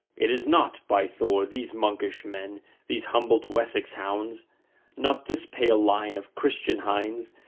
it is not, by thor, these monkish men these humbled wessex hounds not this pale line of christian hinds,